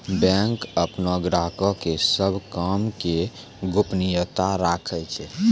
bank अपनो ग्राहको के सभ काम के गोपनीयता राखै छै